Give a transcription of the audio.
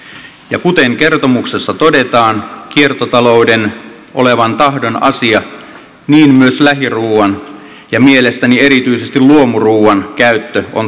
ja kuten kertomuksessa todetaan kiertotalouden olevan tahdon asia niin myös lähiruuan ja mielestäni erityisesti luomuruuan käyttö on tahdon asia